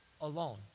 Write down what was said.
alone